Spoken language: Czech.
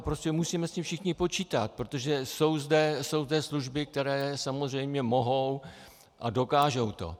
Prostě musíme s tím všichni počítat, protože jsou zde služby, které samozřejmě mohou a dokážou to.